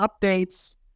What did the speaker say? updates